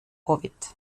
howitt